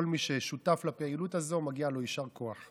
כל מי ששותף לפעילות הזו מגיע לו יישר כוח.